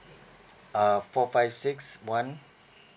uh four five six one